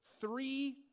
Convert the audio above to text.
three